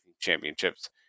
Championships